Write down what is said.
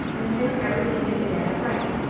and soon everything is again at rights,